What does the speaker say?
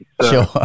Sure